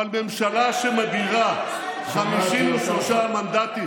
אבל ממשלה שמדירה 53 מנדטים,